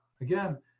again